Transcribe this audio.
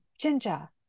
ginger